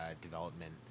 development